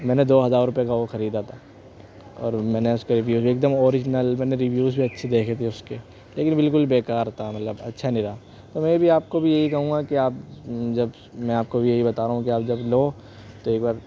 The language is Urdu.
میں نے دو ہزار روپئے کا وہ خریدا تھا اور میں نے اس کا ریویو ایک دم اوریجنل میں نے ریویوز بھی اچھے دیکھے تھے اس کے لیکن بالکل بیکار تھا مطلب اچھا نہیں رہا تو میں بھی آپ کو بھی یہی کہوں گا کہ آپ جب میں آپ کو بھی یہی بتا رہا ہوں کہ آپ جب لو تو ایک بار